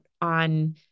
on